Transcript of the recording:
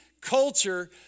culture